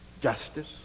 justice